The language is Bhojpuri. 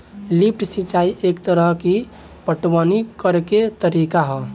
लिफ्ट सिंचाई एक तरह के पटवनी करेके तरीका ह